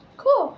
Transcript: cool